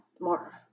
more